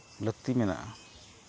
ᱞᱟᱹᱠᱛᱤ ᱢᱮᱱᱟᱜᱼᱟ